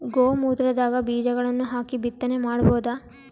ಗೋ ಮೂತ್ರದಾಗ ಬೀಜಗಳನ್ನು ಹಾಕಿ ಬಿತ್ತನೆ ಮಾಡಬೋದ?